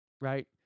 right